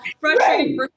frustrating